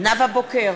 נאוה בוקר,